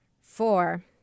four